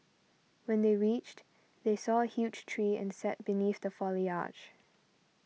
when they reached they saw a huge tree and sat beneath the foliage